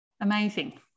Amazing